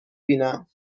بینم